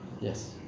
yes